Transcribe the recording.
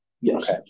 Yes